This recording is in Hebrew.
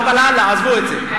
אבל הלאה, עזבו את זה.